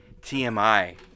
TMI